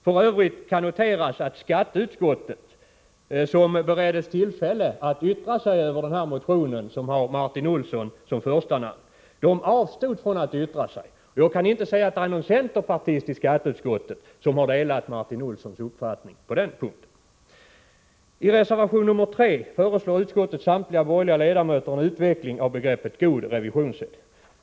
F. ö. kan noteras att skatteutskottet, som bereddes tillfälle att yttra sig över den här motionen som har Martin Olsson som första namn, avstod från att yttra sig. Det kan alltså inte sägas att någon centerpartist i skatteutskottet delar Martin Olssons uppfattning på den här punkten. I reservation 3 förslår utskottets samtliga borgerliga ledamöter en utveckling av begreppet god revisionssed.